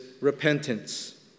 repentance